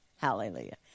Hallelujah